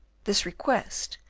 this request,